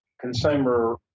consumer